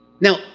Now